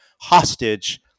hostage